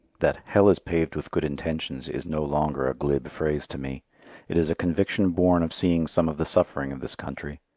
that hell is paved with good intentions is no longer a glib phrase to me it is a conviction born of seeing some of the suffering of this country.